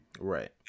Right